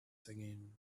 singing